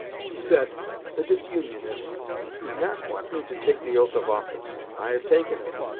he said the disunionists did not want me to take the oath of office. i have taken it,